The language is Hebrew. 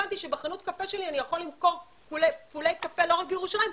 הבנתי שבחנות קפה שלי אני יכול למכור פולי קפה לא רק בירושלים,